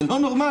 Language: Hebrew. זה לא נורמלי,